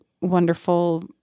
wonderful